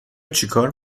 چیکار